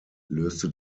löste